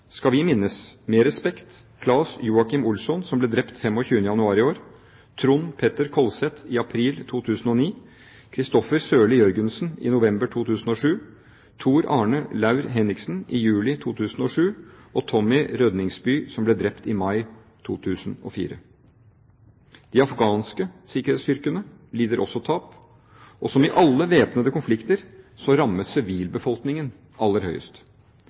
skal vi minnes med respekt Claes Joachim Olsson, som ble drept 25. januar i år, Trond Petter Kolset, i april 2009, Kristoffer Sørli Jørgensen, i november 2007, Tor Arne Lau-Henriksen, i juli 2007 og Tommy Rødningsby, som ble drept i mai 2004. De afghanske sikkerhetsstyrkene lider også tap, og som i alle væpnede konflikter rammes sivilbefolkningen aller